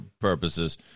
purposes